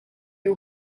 you